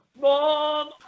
Mom